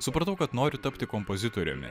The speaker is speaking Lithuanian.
supratau kad noriu tapti kompozitoriumi